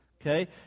Okay